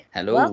Hello